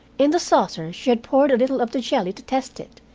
in the saucer she had poured a little of the jelly to test it,